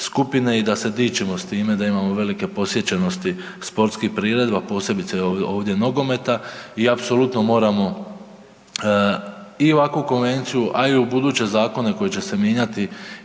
i da se dičimo s time da imamo velike posjećenosti sportskih priredba, a posebice ovdje nogometa i apsolutno moramo i ovakvu konvenciju, a i u buduće zakone koji će se mijenjati